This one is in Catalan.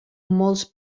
molts